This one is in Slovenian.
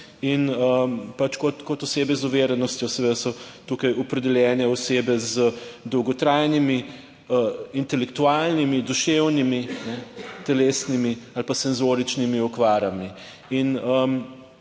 Kot osebe z oviranostjo so tukaj opredeljene osebe z dolgotrajnimi intelektualnimi, duševnimi, telesnimi ali senzoričnimi okvarami.